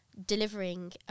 delivering